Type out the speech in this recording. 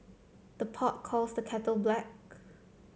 the pot calls the kettle black